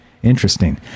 Interesting